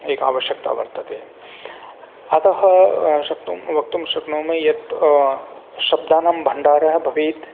एका आवश्यकता वर्तते अतः शक्नुं वक्तुं शक्नुमः यत् शब्दानां भण्डारः भवेत्